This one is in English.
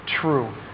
true